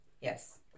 Yes